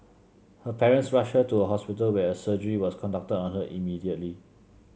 her parents rushed her to a hospital where a surgery was conducted on her immediately